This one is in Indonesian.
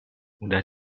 mudah